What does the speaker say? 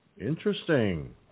Interesting